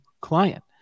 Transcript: client